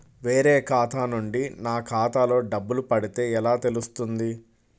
వేరే ఖాతా నుండి నా ఖాతాలో డబ్బులు పడితే ఎలా తెలుస్తుంది?